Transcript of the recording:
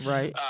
Right